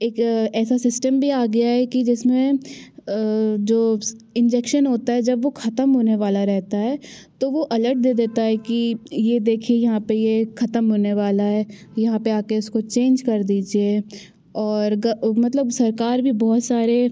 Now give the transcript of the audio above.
एक ऐसा सिस्टम भी आ गया है कि जिसमें जोब्स इंजेक्शन होता है जब वो ख़त्म होने वाला रहता है तो वो अलर्ट दे देता है कि ये देखे यहाँ पर ये ख़त्म होने वाला है यहाँ पर आकर इसको चेंज कर दीजिए और ग मतलब सरकार भी बहुत सारे